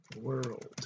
world